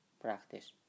practice